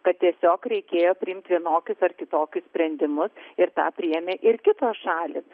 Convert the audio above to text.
kad tiesiog reikėjo priimt vienokius ar kitokius sprendimus ir tą priėmė ir kitos šalys